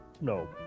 no